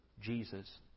Jesus